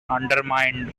undermined